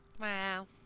Wow